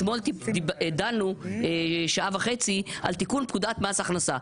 אתמול דנו במשך שעה וחצי על תיקון פקודת מס הכנסה.